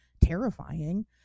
terrifying